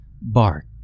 bark